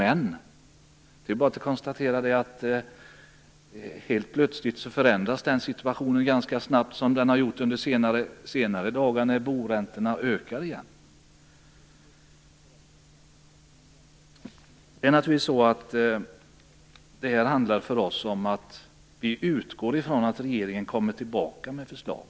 Men man kan konstatera att situationen helt plötsligt kan förändras som den har gjort under de senaste dagarna när boräntorna har stigit igen. Vi utgår från att regeringen kommer tillbaka med förslag.